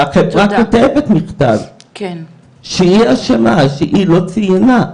והחברה כותבת מכתב שהיא אשמה שהיא לא ציינה.